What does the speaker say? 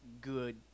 good